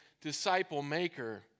disciple-maker